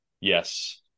Yes